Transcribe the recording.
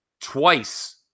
twice